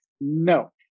No